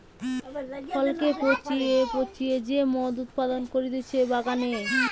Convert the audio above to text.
ফলকে পচিয়ে পচিয়ে যে মদ উৎপাদন করতিছে বাগানে